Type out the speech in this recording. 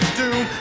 doom